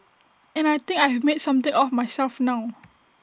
and I think I have made something of myself now